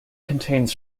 contains